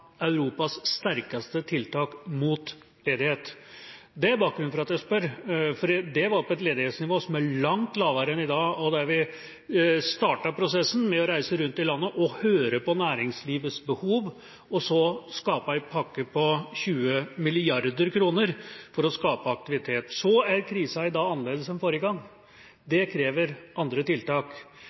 Europas sterkeste tiltak mot ledighet. Det er bakgrunnen for at jeg spør, fordi det var på et ledighetsnivå som var langt lavere enn i dag. Vi startet prosessen med å reise rundt i landet og høre på næringslivets behov, og så kom vi med en pakke på 20 mrd. kr for å skape aktivitet. Krisa i dag er annerledes enn forrige gang. Det krever andre tiltak,